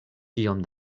kiom